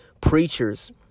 preachers